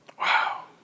Wow